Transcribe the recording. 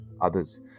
others